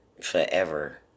forever